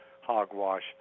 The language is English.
hogwash